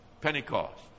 Pentecost